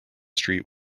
street